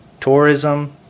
tourism